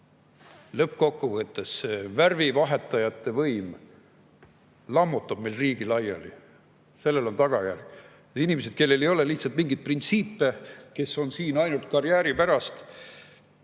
lõppkokkuvõttes see värvivahetajate võim lammutab meil riigi laiali. Sellel on tagajärjed. Inimesed, kellel ei ole lihtsalt mingeid printsiipe, on siin ainult karjääri pärast.